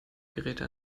geräte